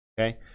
Okay